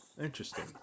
Interesting